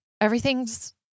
Everything's